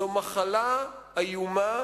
זו מחלה איומה